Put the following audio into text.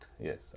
Yes